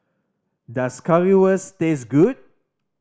does Currywurst taste good